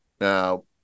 Now